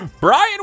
Brian